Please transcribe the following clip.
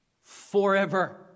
forever